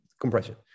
compression